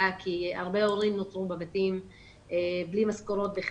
כי הרבה הורים נותרו בבתים בלי משכורות.